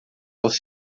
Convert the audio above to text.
aos